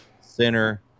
center